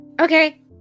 Okay